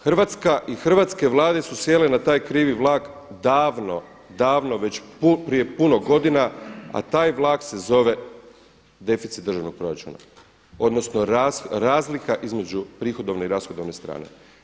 Hrvatska i hrvatske vlade su sjele na taj krivi vlak davno, davno već prije puno godina, a taj vlak se zove deficit državnog proračuna, odnosno razlika između prihodovne i rashodovne strane.